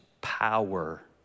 power